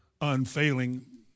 unfailing